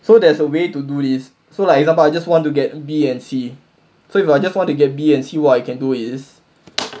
so there's a way to do this so like example I just want to get B and C so if I just want to get B and C what I can do is